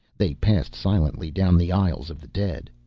they passed silently down the aisles of the dead.